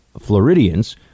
Floridians